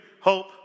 hope